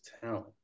talent